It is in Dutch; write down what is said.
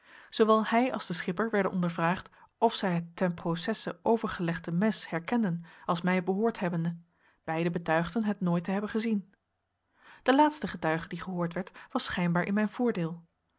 zoowel hij als de schipper werden ondervraagd of zij het ten processe overgelegde mes herkenden als mij behoord te hebben beiden betuigden het nooit te hebben gezien de laatste getuige die gehoord werd was schijnbaar in mijn voordeel